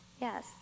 Yes